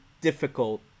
difficult